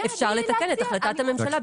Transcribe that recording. אפשר לתקן את החלטת הממשלה.